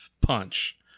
punch